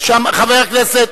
(חבר הכנסת